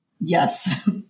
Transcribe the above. Yes